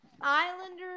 Islanders